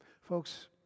folks